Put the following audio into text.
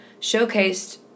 showcased